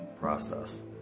process